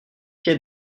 quai